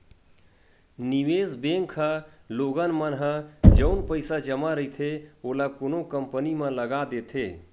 निवेस बेंक ह लोगन मन ह जउन पइसा जमा रहिथे ओला कोनो कंपनी म लगा देथे